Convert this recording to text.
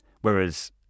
Whereas